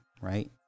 right